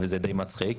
שזה די מצחיק,